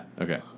okay